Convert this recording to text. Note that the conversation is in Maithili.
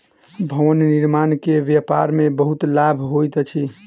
भवन निर्माण के व्यापार में बहुत लाभ होइत अछि